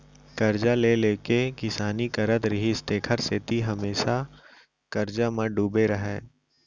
करजा ले ले के किसानी करत रिहिस तेखर सेती हमेसा करजा म डूबे रहय